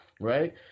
right